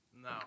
No